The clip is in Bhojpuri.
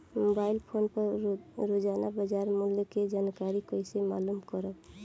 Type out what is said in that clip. मोबाइल फोन पर रोजाना बाजार मूल्य के जानकारी कइसे मालूम करब?